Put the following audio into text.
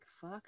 fuck